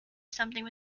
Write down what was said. something